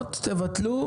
בהסכמות תבטלו,